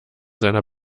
seiner